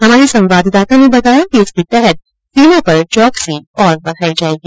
हमारे संवाददाता ने बताया कि इसके तहत सीमा पर चौकसी और बढायी जाएगी